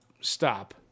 stop